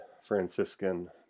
Franciscan